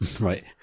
Right